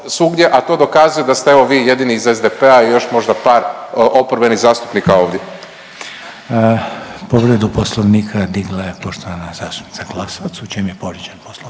a to dokazuje, da ste evo, vi jedini iz SDP-a i još možda par oporbenih zastupnika ovdje. **Reiner, Željko (HDZ)** Povredu Poslovnika digla je poštovana zastupnica Glasovac. U čemu je povrijeđen Poslovnik?